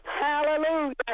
Hallelujah